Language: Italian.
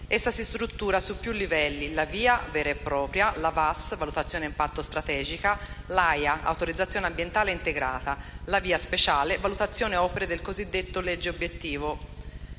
Essa si struttura su più livelli: la VIA vera e propria, la VAS (valutazione ambientale strategica), l'AIA (autorizzazione ambientale integrata), la VIA speciale (valutazione opere della cosiddetta legge obiettivo,